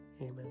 Amen